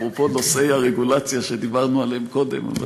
אפרופו נושאי הרגולציה שדיברנו עליהם קודם.